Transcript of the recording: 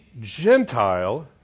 Gentile